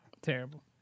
Terrible